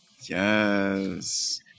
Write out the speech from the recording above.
Yes